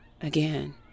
again